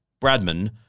Bradman